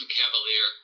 cavalier